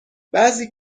بعضی